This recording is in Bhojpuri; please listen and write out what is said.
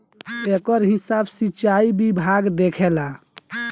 एकर हिसाब सिचाई विभाग देखेला